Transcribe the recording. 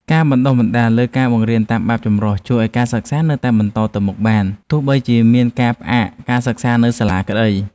ការបណ្តុះបណ្តាលលើការបង្រៀនតាមបែបចម្រុះជួយឱ្យការសិក្សានៅតែបន្តទៅមុខបានទោះបីជាមានការផ្អាកការសិក្សានៅសាលាក្តី។